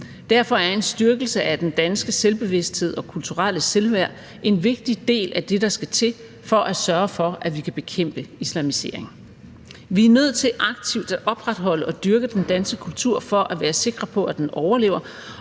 derfor er en styrkelse af den danske selvbevidsthed og det kulturelle selvværd en vigtig del af det, der skal til for at sørge for, at vi kan bekæmpe islamisering. Vi er nødt til aktivt at opretholde og dyrke den danske kultur for at være sikre på, at den overlever,